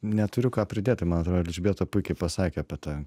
neturiu ką pridėti tai man atrodo elžbieta puikiai pasakė apie tą